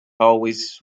always